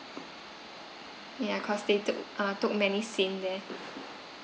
ya cause they took uh took many scene there